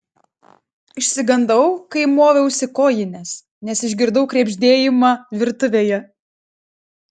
išsigandau kai moviausi kojines nes išgirdau krebždėjimą virtuvėje